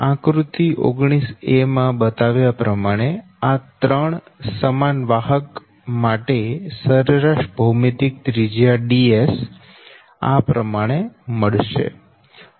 આકૃતિ 19 માં બતાવ્યા પ્રમાણે આ 3 સમાન વાહક માટે સરેરાશ ભૌમિતિક ત્રિજ્યા Ds આ પ્રમાણે મળશે